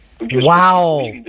Wow